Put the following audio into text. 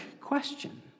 question